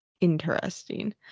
interesting